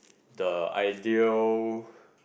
the ideal